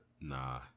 Nah